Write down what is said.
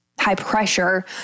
high-pressure